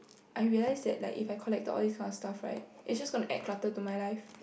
I realised that like if I collect the all these kind of stuffs right it just going to add clutter to my life